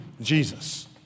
Jesus